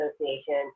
Association